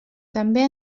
també